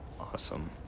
awesome